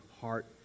heart